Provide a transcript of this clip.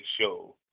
Show